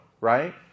Right